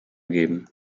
geben